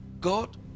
god